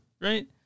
Right